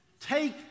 take